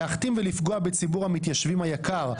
להחתים ולפגוע בציבור המתיישבים היקר,